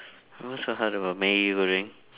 !huh! what's so hard about Maggi goreng